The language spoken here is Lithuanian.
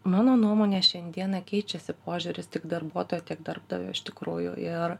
mano nuomone šiandieną keičiasi požiūris tiek darbuotojo tiek darbdavio iš tikrųjų ir